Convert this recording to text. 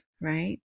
right